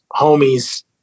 homies